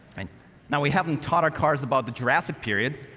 and now, we haven't taught our cars about the jurassic period,